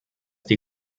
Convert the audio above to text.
die